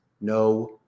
No